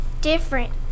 different